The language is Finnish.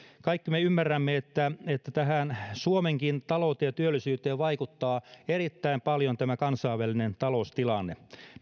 kaikki me ymmärrämme että suomenkin talouteen ja työllisyyteen vaikuttaa erittäin paljon kansainvälinen taloustilanne